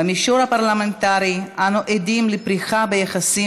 במישור הפרלמנטרי אנו עדים לפריחה ביחסים